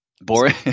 Boring